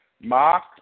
Mark